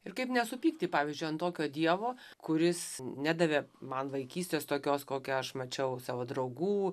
ir kaip nesupykti pavyzdžiui ant tokio dievo kuris nedavė man vaikystės tokios kokią aš mačiau savo draugų